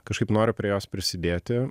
kažkaip noriu prie jos prisidėti